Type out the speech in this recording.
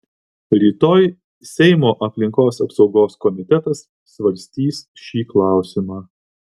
rytoj seimo aplinkos apsaugos komitetas svarstys šį klausimą